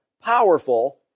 powerful